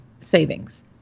savings